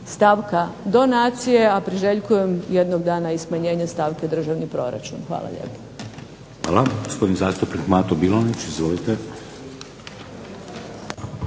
stavka donacije a priželjkujem jednog dana smanjenje stavke državni proračun. Hvala lijepo. **Šeks,